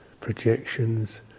projections